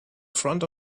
front